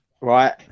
right